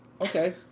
Okay